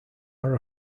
are